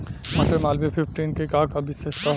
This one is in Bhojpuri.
मटर मालवीय फिफ्टीन के का विशेषता होखेला?